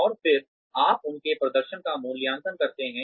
और फिर आप उनके प्रदर्शन का मूल्यांकन करते हैं